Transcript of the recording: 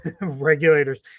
regulators